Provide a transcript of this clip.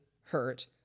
hurt